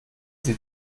sie